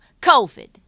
COVID